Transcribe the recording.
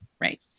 right